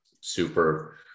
super